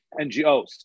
NGOs